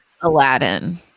Aladdin